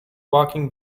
walking